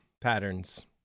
patterns